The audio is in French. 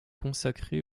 consacré